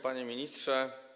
Panie Ministrze!